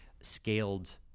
scaled